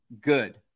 good